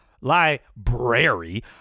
library